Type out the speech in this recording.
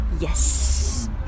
Yes